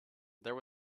there